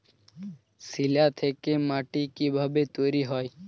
শিলা থেকে মাটি কিভাবে তৈরী হয়?